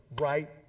right